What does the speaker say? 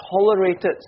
tolerated